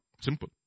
Simple